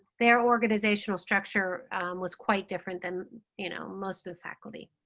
their organizational structure was quite different than you know most of the faculty,